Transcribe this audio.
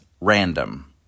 random